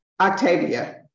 Octavia